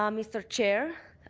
um mr. chair,